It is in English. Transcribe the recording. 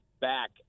back